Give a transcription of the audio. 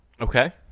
Okay